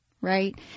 right